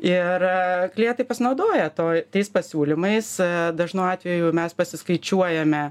ir klientai pasinaudoja to tais pasiūlymais dažnu atveju mes pasiskaičiuojame